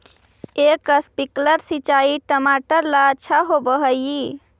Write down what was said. का स्प्रिंकलर सिंचाई टमाटर ला अच्छा होव हई?